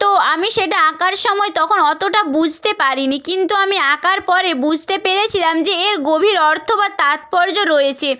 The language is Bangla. তো আমি সেটা আঁকার সময় তখন অতটা বুঝতে পারিনি কিন্তু আমি আঁকার পরে বুঝতে পেরেছিলাম যে এর গভীর অর্থ বা তাৎপর্য রয়েছে